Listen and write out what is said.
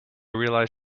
realized